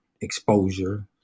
exposure